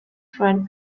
for